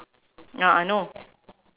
ya I know